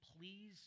please